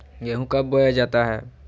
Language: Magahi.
गेंहू कब बोया जाता हैं?